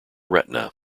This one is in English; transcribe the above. retina